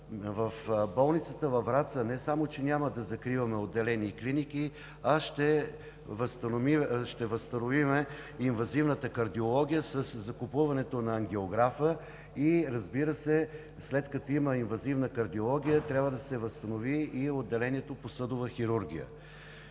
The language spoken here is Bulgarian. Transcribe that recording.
В болницата във Враца не само че няма да закриваме отделения и клиники, а ще възстановим инвазивната кардиология със закупуването на ангиографа и, разбира се, след като има инвазивна кардиология, трябва да се възстанови и отделението по съдова хирургия.